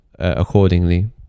Accordingly